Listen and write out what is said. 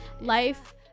life